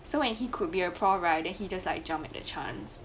so when he could be a prof right then he just like jump at a chance